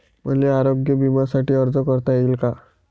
मले आरोग्य बिम्यासाठी अर्ज करता येईन का?